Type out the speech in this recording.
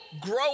grow